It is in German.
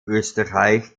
österreich